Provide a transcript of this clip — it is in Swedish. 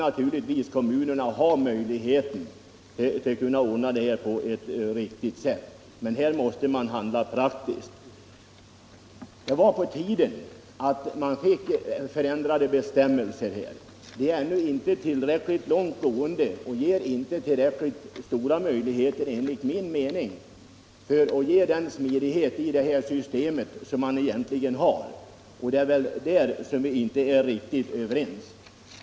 Här måste kommunerna ha möjlighet att ordna detta på ett riktigt sätt. Men man måste handla praktiskt. Det var på tiden att man fick ändrade bestämmelser. De är ännu inte tillräckligt långtgående och ger inte tillräckligt stora möjligheter, enligt min mening, att åstadkomma smidighet i det system som man har. Det är väl därvidlag som vi inte är riktigt överens.